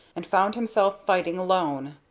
and found himself fighting alone.